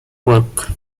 work